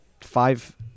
five